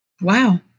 Wow